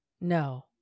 No